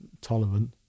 tolerant